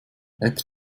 app